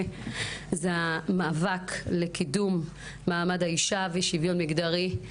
זה המאבק לקידום מעמד האישה ושוויון מגדרי.